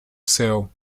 céu